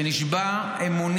שכאן,